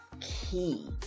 key